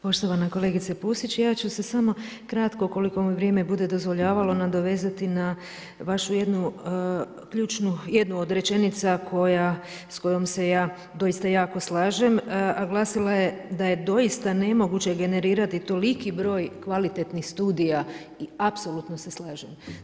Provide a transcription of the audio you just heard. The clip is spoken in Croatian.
Poštovana kolegice Pusić, ja ću se samo kratko koliko mi vrijeme bude dozvoljavalo nadovezati na vašu jednu ključnu, jednu od rečenica s kojom se ja doista jako slažem, a glasila je da je doista nemoguće generirati toliki broj kvalitetnih studija i apsolutno se slažem.